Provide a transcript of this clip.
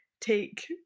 take